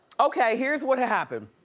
okay, here's what happened.